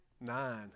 nine